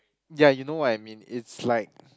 ya you know what I mean it's like